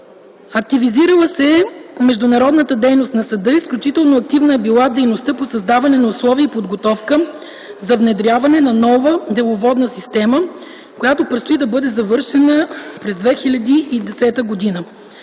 активизирала се е международната дейност на съда, изключително активна е била дейността по създаване на условия и подготовка за внедряване на нова деловодна система, която предстои да бъде завършена през 2010 г.